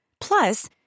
Plus